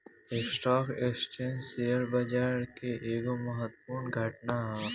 stock exchange share बाजार के एगो महत्वपूर्ण घटक ह